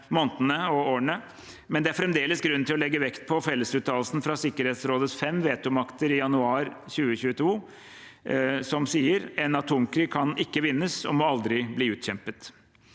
månedene og årene, men det er fremdeles grunn til å legge vekt på fellesuttalelsen fra Sikkerhetsrådets fem vetomakter fra januar 2022: «en atomkrig kan ikke vinnes og må aldri bli utkjempet».